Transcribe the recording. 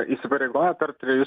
įsipareigoja per trejus